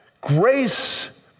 grace